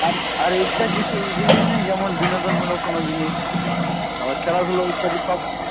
আর আর এক্সট্রা কিস্যুই জিনিস নেই যেমন বিনোদনমূলক কোনো জিনিস আর খেলাধুলো ইত্যাদি সবগুলো